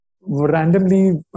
randomly